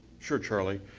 sure, charlie.